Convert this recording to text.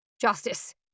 Justice